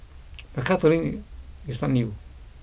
but carpooling is not new